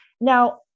Now